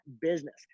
business